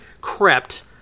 crept